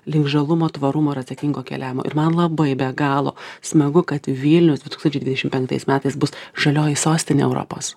link žalumo tvarumo ir atsakingo keliavimo ir man labai be galo smagu kad vilnius du tūkstančiai dvidešim penktais metais bus žalioji sostinė europos